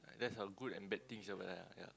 that's our good and bad things over there ya